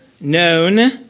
known